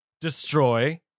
destroy